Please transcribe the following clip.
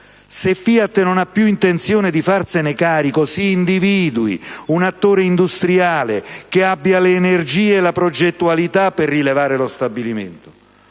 Se FIAT non ha più intenzione di farsene carico, si individui un attore industriale che abbia le energie e la progettualità per rilevare lo stabilimento.